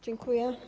Dziękuję.